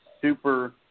super